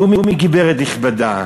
קומי, גברת נכבדה,